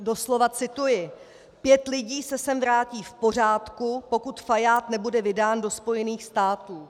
Doslova cituji: Pět lidí se sem vrátí v pořádku, pokud Fajád nebude vydán do Spojených států.